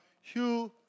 Hugh